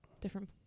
Different